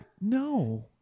No